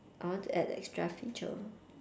I want to add extra feature